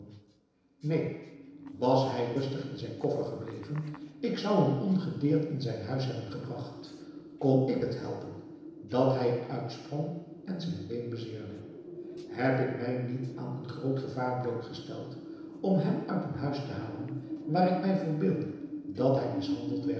neen was hij rustig in zijn koffer gebleven ik zou hem ongedeerd in zijn huis hebben gebragt kon ik het helpen dat hij er uitsprong en zijn been bezeerde heb ik mij niet aan een groot gevaar blootgesteld om hem uit een huis te halen waar ik mij verbeeldde dat hij mishandeld werd